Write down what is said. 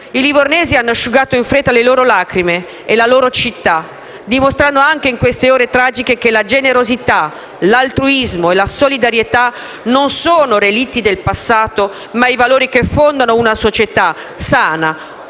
I livornesi hanno asciugato in fretta le loro lacrime e la loro città, dimostrando anche in queste ore tragiche che la generosità, l'altruismo e la solidarietà non sono relitti del passato, ma i valori che fondano una società sana o